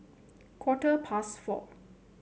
quarter past four